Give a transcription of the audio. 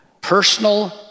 Personal